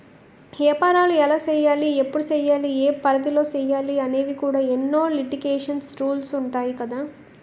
ఏపారాలు ఎలా సెయ్యాలి? ఎప్పుడు సెయ్యాలి? ఏ పరిధిలో సెయ్యాలి అనేవి కూడా ఎన్నో లిటికేషన్స్, రూల్సు ఉంటాయి కదా